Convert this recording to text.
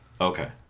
Okay